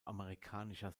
amerikanischer